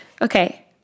Okay